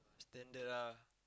standard ah